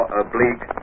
oblique